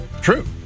True